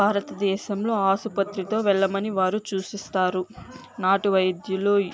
భారతదేశంలో ఆసుపత్రితో వెళ్ళమని వారు సూచిస్తారు నాటు వైద్యులు